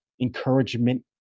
encouragement